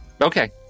okay